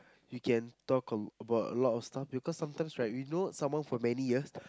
you can talk a~ about a lot of stuff because sometimes right we know someone for many years